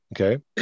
okay